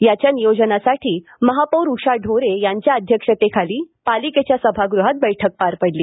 याच्या नियोजनासाठी महापौर उषा ढोरे यांच्या अध्यक्षतेखाली पालिकेच्या सभागृहात बैठक पार पडली